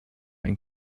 ein